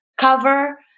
cover